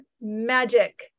magic